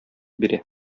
бирә